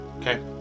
Okay